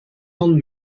van